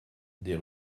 des